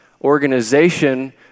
organization